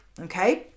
okay